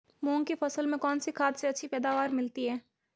मूंग की फसल में कौनसी खाद से अच्छी पैदावार मिलती है?